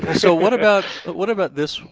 so what about what about this,